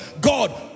God